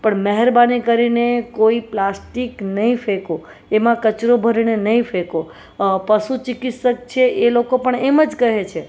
પણ મહેરબાની કરીને કોઈ પ્લાસ્ટિક નહીં ફેંકો એમાં કચરો ભરીને નહીં ફેંકો પશુ ચિકિત્સક છે એ લોકો પણ એમ જ કહે છે